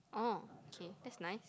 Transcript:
oh okay that's nice